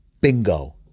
Bingo